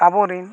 ᱟᱵᱚᱨᱮᱱ